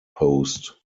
post